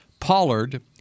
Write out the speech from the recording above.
Pollard